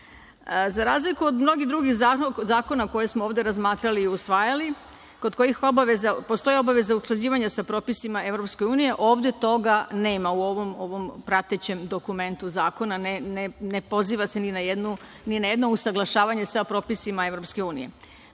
razliku od mnogih drugih zakona koje smo ovde razmatrali i usvajali, kod kojih postoji obaveza utvrđivanja sa propisima EU ovde toga nema u ovom pratećem dokumentu zakona, ne poziva se ni na jedno usaglašavanje sa propisima EU.